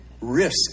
risks